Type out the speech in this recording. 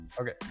Okay